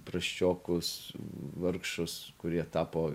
prasčiokus vargšus kurie tapo